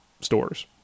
stores